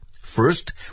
First